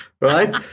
right